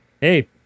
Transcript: Hey